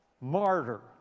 Martyr